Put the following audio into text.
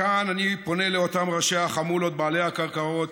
מכאן אני פונה לאותם ראשי החמולות בעלי הקרקעות,